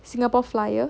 singapore flyer